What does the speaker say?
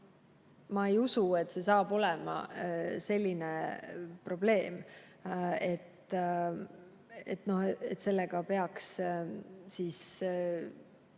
ei usu, et see saab olema selline probleem, et sellega peaks